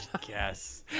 guess